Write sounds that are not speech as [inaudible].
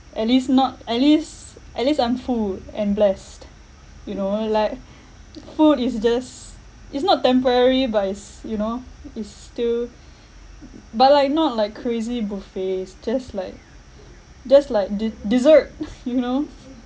at least not at least at least I'm full and blessed you know like food is just it's not temporary but it's you know it's still but like not like crazy buffets just like just like de~ dessert [laughs] you know